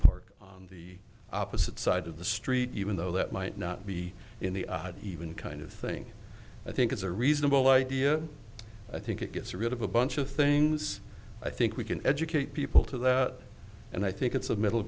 park the opposite side of the street even though that might not be in the even kind of thing i think is a reasonable idea i think it gets rid of a bunch of things i think we can educate people to that and i think it's a middle